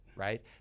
Right